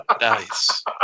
Nice